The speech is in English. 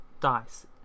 dice